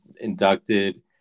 inducted